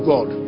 God